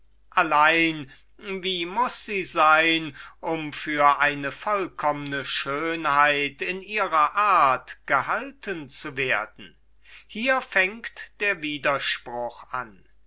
allein wie muß sie sein um für eine vollkommne schönheit in ihrer art gehalten zu werden hier fängt der widerspruch an